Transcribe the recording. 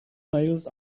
males